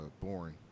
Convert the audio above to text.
boring